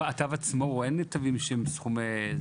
כן, אבל אין תווים שהם בסכומים גבוהים.